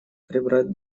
прибрать